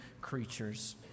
creatures